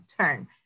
turn